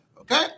Okay